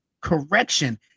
correction